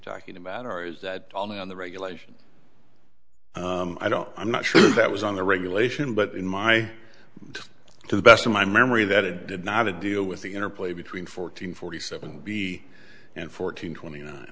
talking about or is that on the regulation i don't i'm not sure that was on the regulation but in my to the best of my memory that it did not to deal with the interplay between fourteen forty seven b and fourteen twenty nine